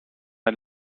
ein